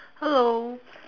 hello